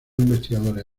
investigadores